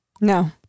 No